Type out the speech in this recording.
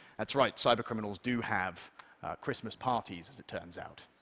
that's right, cybercriminals do have christmas parties, as it turns out.